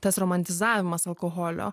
tas romantizavimas alkoholio